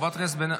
אין בעיה.